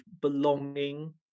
belonging